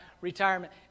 retirement